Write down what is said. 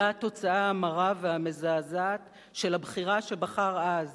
היה התוצאה המרה והמזעזעת של הבחירה שבחר אז,